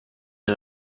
did